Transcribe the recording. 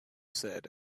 said